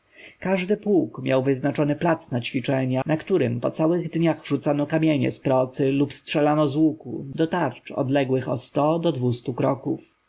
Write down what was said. każdy pułk miał wyznaczony płac na ćwiczenia na którym po całych dniach rzucano kamienie z procy albo strzelano z łuku do tarcz odległych o sto do dwustu kroków